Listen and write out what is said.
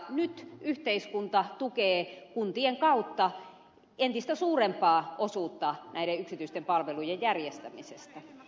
nyt yhteiskunta tukee kuntien kautta entistä suurempaa osuutta näiden yksityisten palvelujen järjestämisestä